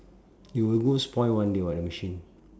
it will go spoil one day [what] the machine